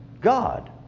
God